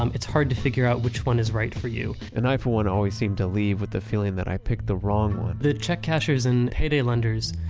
um it's hard to figure out which one is right for you and i, for one, always seem to leave with the feeling that i picked the wrong one the check cashers and payday lenders,